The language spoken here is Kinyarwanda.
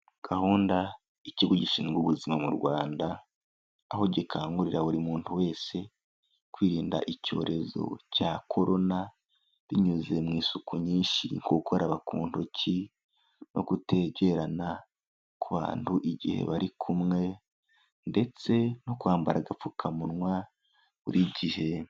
Gahunda y'ikigo gishinzwe ubuzima mu Rwanda, aho gikangurira buri muntu wese kwirinda icyorezo cya Korona binyuze mu isuku nyinshi nko gukoraba ku ntoki no kutegerana ku bantu igihe bari kumwe ndetse no kwambara agapfukamunwa buri gihe.